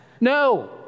No